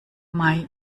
mai